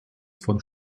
von